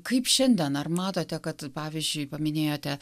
kaip šiandien ar matote kad pavyzdžiui paminėjote